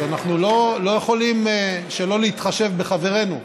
אז אנחנו לא יכולים שלא להתחשב בחברינו.